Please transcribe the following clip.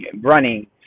running